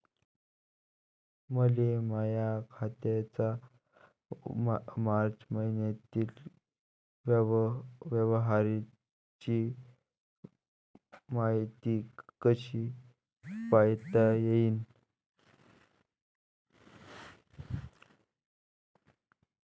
मले माया खात्याच्या मार्च मईन्यातील व्यवहाराची मायती कशी पायता येईन?